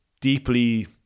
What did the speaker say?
deeply